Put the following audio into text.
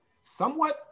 somewhat